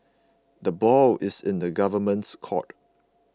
the ball is in the Government's court